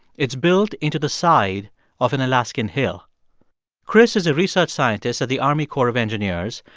it's built into the side of an alaskan hill chris is a research scientist at the army corps of engineers.